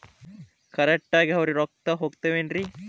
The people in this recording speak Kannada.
ಕರೆಕ್ಟ್ ಆಗಿ ಅವರಿಗೆ ರೊಕ್ಕ ಹೋಗ್ತಾವೇನ್ರಿ?